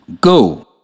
go